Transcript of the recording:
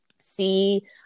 see